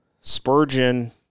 Spurgeon